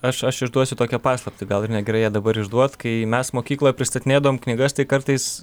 aš aš išduosiu tokią paslaptį gal ir negerai ją dabar išduot kai mes mokykloj pristatinėdavom knygas tai kartais